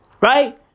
Right